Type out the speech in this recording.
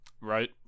Right